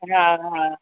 हा हा